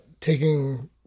taking –